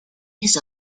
his